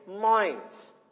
minds